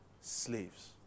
slaves